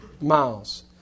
miles